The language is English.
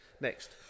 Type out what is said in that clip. Next